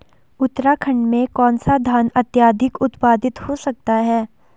उत्तराखंड में कौन सा धान अत्याधिक उत्पादित हो सकता है?